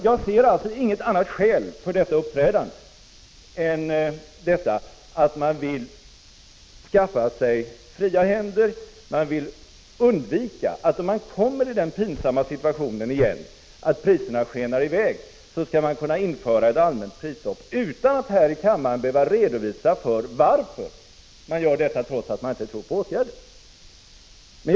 Jag ser alltså inget annat skäl för detta uppträdande än att man vill få fria händer och, om den pinsamma situationen skulle uppkomma att priserna skenar i väg, kunna införa ett allmänt prisstopp utan att här i riksdagen redovisa skälen till det, trots att man själv inte tror på åtgärden.